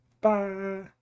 Bye